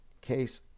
Case